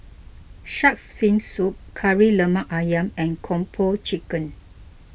Shark's Fin Soup Kari Lemak Ayam and Kung Po Chicken